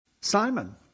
Simon